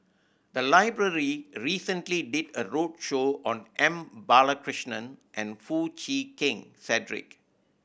the library recently did a roadshow on M Balakrishnan and Foo Chee Keng Cedric